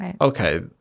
okay